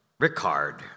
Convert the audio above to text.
Ricard